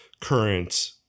current